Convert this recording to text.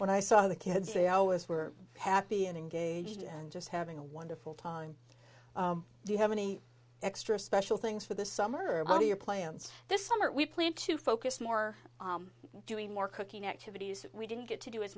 when i saw the kids they always were happy and engaged and just having a wonderful time do you have any extra special things for the summer about your plans this summer we plan to focus more doing more cooking activities we didn't get to do as